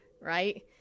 Right